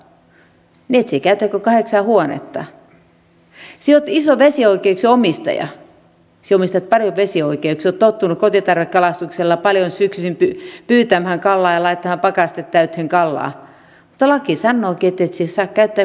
sinä olet iso vesioikeuksien omistaja sinä omistat paljon vesioikeuksia olet tottunut kotitarvekalastuksella paljon syksyisin pyytämään kalaa ja laittamaan pakastimen täyteen kalaa mutta laki sanookin ettet sinä saa käyttää kuin kahdeksaa verkkoa